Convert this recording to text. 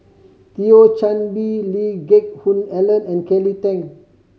Thio Chan Bee Lee Geck Hoon Ellen and Kelly Tang